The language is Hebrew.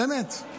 באמת,